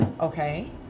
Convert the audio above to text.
Okay